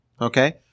Okay